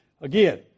again